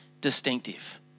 distinctive